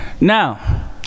Now